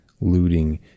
looting